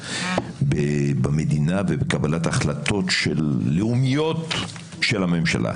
במדינה ובקבלת ההחלטות לאומיות של הממשלה.